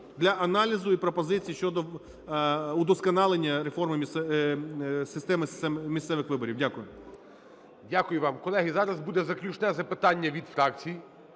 для аналізу і пропозицій щодо удосконалення реформи… системи місцевих виборів. Дякую. ГОЛОВУЮЧИЙ. Дякую вам. Колеги, зараз буде заключне запитання від фракцій,